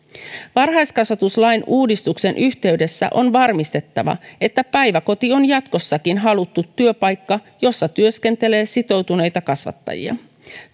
varhaiskasvatuslain uudistuksen yhteydessä on varmistettava että päiväkoti on jatkossakin haluttu työpaikka jossa työskentelee sitoutuneita kasvattajia